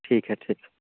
ٹھیک ہے ٹھیک